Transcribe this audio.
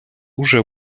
уже